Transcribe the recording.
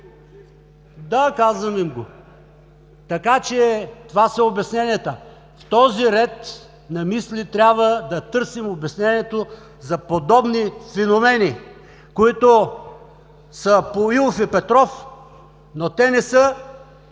Да, казвам им го. Така че това са обясненията! В този ред на мисли трябва да търсим обяснението за подобни феномени, които са по Илф и Петров, но те не са